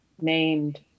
Named